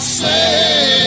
say